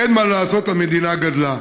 אין מה לעשות, המדינה גדלה".